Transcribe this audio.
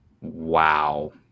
Wow